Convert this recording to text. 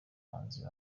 bahanzi